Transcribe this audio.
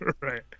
Right